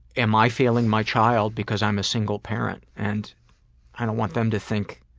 am i failing my child because i'm a single parent? and i don't want them to think.